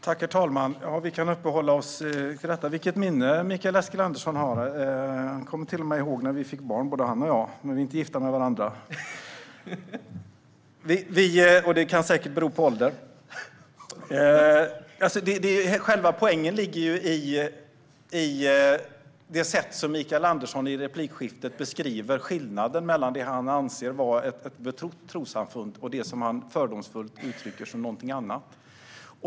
Herr talman! Vi kan uppehålla oss vid detta. Vilket minne Mikael Eskilandersson har! Han kommer till och med ihåg när både han och jag fick barn. Men vi är inte gifta med varandra, vilket säkert kan bero på åldern. Själva poängen ligger i det sätt som Mikael Eskilandersson i replikskiftet beskriver skillnaden mellan det som han anser vara ett betrott trossamfund och det som han fördomsfullt uttrycker som någonting annat.